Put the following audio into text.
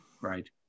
Right